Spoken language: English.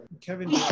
Kevin